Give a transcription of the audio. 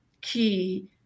key